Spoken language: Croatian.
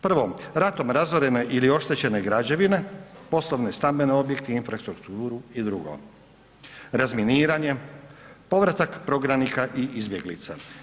1. ratom razorena ili oštećene građevine, poslovne i stambene objekte, infrastrukturu i drugo, razminiranje, povratak prognanika i izbjeglica.